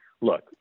look